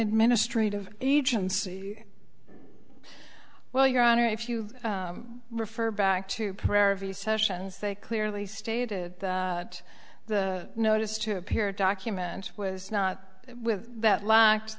administrative agency well your honor if you refer back to prayer v sessions they clearly stated that the notice to appear document was not with that lack